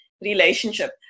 relationship